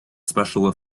special